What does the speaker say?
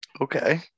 Okay